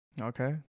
Okay